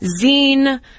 zine